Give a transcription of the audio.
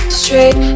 straight